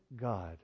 God